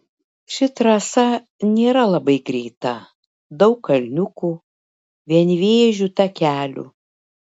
ši trasa nėra labai greita daug kalniukų vienvėžių takelių